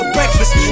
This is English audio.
breakfast